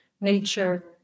nature